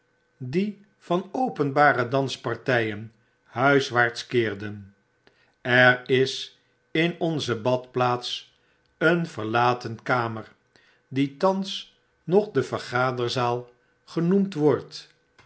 die van openbare danspartijen huiswaarts keerden er is in onze bad plaats een verlaten kamer die thans nog de vergaderzaal genoemd wordt